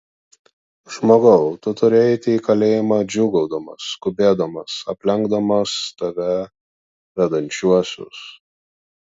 žmogau tu turi eiti į kalėjimą džiūgaudamas skubėdamas aplenkdamas tave vedančiuosius